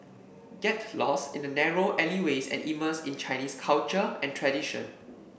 get lost in the narrow alleyways and immerse in Chinese culture and tradition